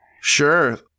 sure